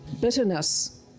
bitterness